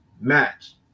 match